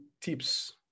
tips